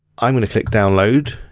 i'm gonna click download.